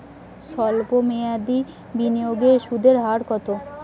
সল্প মেয়াদি বিনিয়োগে সুদের হার কত?